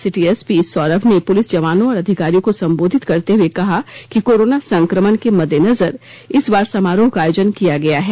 city SP Saurabh ने police जवानों और अधिकारियों को संबोधित करते हुए कहा कि कोरोना संक्रमण के मद्देनजर इस बार समारोह का आयोजन किया गया है